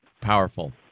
Powerful